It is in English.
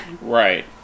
Right